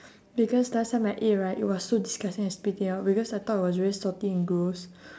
because last time I ate right it was so disgusting I spit it out because I thought it was really salty and gross